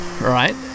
right